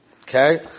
Okay